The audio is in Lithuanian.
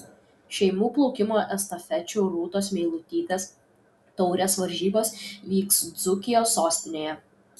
šeimų plaukimo estafečių rūtos meilutytės taurės varžybos vyks dzūkijos sostinėje